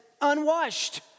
unwashed